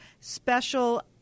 special